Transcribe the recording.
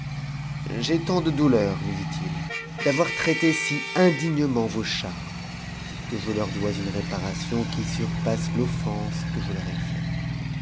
j'ai tant de douleur lui dit-il d'avoir traité si indignement vos charmes que je leur dois une réparation qui surpasse l'offense que je leur ai faite